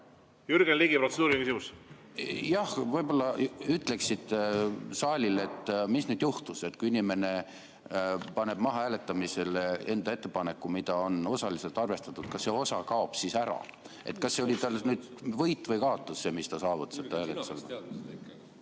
Jürgen Ligi, protseduuriline küsimus. Jah. Võib-olla ütleksite saalile, mis nüüd juhtus. Kui inimene paneb mahahääletamisele enda ettepaneku, mida on osaliselt arvestatud, siis kas see osa kaob ära? Kas see oli talle nüüd võit või kaotus – see, mis ta saavutas?